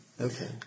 Okay